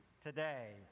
today